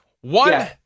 One